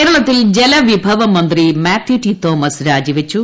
കേരളത്തിൽ ജലവിഭവ മന്ത്രി മാത്യു ടി തോമസ് രാജിവച്ചു